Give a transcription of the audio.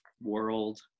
world